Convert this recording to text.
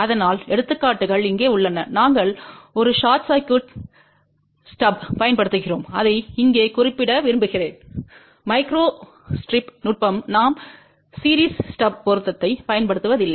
அதனால் எடுத்துக்காட்டுகள் இங்கே உள்ளன நாங்கள் ஒரு ஷார்ட் சர்க்யூட் ஸ்டப்பைப் பயன்படுத்துகிறோம் அதை இங்கே குறிப்பிட விரும்புகிறேன் மைக்ரோஸ்ட்ரிப் நுட்பம் நாம் சீரிஸ் ஸ்டப் பொருத்தத்தைப் பயன்படுத்துவதில்லை